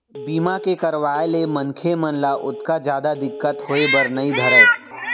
बीमा के करवाय ले मनखे मन ल ओतका जादा दिक्कत होय बर नइ धरय